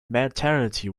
maternity